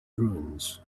ruins